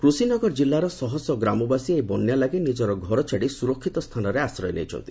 କୃଷିନଗର ଜିଲ୍ଲାର ଶହ ଶହ ଗ୍ରାମବାସୀ ଏହି ବନ୍ୟାଲାଗି ନିଜର ଘରଛାଡି ସୁରକ୍ଷିତ ସ୍ଥାନରେ ଆଶ୍ରୟ ନେଇଛନ୍ତି